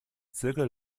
zirkel